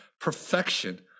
perfection